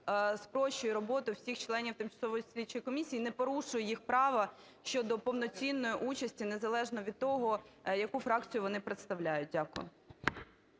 спрощує роботу всіх членів слідчої комісії, не порушує їх права щодо повноцінної участі, незалежно від того, яку фракцію вони представляють. Дякую.